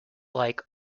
like